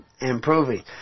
improving